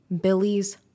Billy's